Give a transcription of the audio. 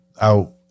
out